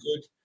good